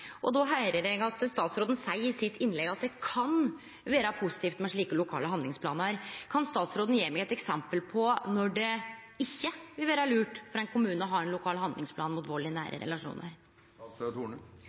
og då høyrer eg statsråden seie i innlegget sitt at det kan vere positivt med slike lokale handlingsplanar. Kan statsråden gje meg eit eksempel på når det ikkje vil vere lurt for ein kommune å ha ein lokal handlingsplan mot vald i